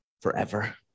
forever